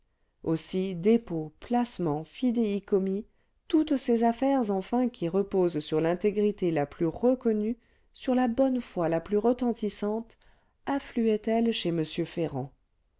aussi dépôts placements fidéicommis toutes ces affaires enfin qui reposent sur l'intégrité la plus reconnue sur la bonne foi la plus retentissante affluaient elles chez m ferrand